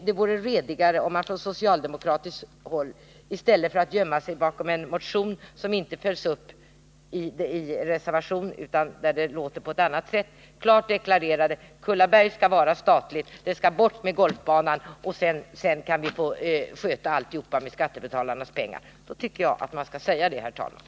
Det vore redigare om man från socialdemokratiskt håll i stället för att gömma sig bakom en motion, som inte följs upp i reservationen utan där det låter på annat sätt, klart deklarerade: Kullaberg skall vara statligt, golfbanan skall bort, och sedan skall vi sköta alltihop med skattebetalarnas pengar. Har man den åsikten, skall man också uttrycka den.